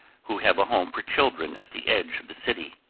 who have a home for children at the edge of the city.